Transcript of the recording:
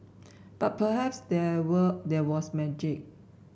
but perhaps there were there was magic